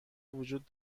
وجود